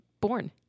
born